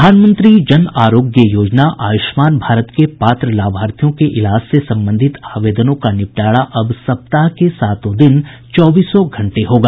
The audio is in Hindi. प्रधानमंत्री जन आरोग्य योजना आयुष्मान भारत के पात्र लाभार्थियों के इलाज से संबंधित आवेदनों का निपटारा अब सप्ताह के सातों दिन चौबीसों घंटे होगा